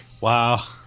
Wow